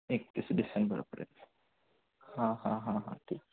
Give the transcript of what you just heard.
एकतीस डिसेंबरपर्यंत हां हां हां हां ठीक